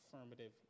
affirmative